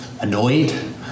annoyed